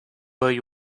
boy